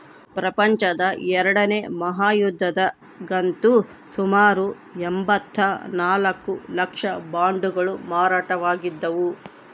ಪ್ರಪಂಚದ ಎರಡನೇ ಮಹಾಯುದ್ಧದಗಂತೂ ಸುಮಾರು ಎಂಭತ್ತ ನಾಲ್ಕು ಲಕ್ಷ ಬಾಂಡುಗಳು ಮಾರಾಟವಾಗಿದ್ದವು